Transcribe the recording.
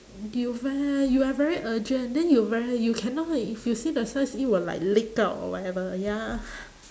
you ve~ you are very urgent then you very you cannot if you see the signs it will like leak out or whatever ya